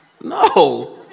No